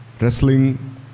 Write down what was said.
wrestling